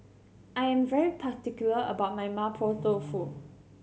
I am very particular about my Mapo Tofu